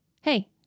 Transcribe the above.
hey